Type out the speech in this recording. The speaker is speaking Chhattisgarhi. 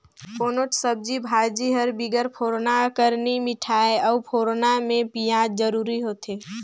कोनोच सब्जी भाजी हर बिगर फोरना कर नी मिठाए अउ फोरना में पियाज जरूरी होथे